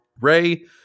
Ray